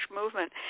movement